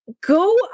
go